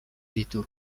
ditu